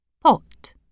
Pot